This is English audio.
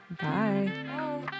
bye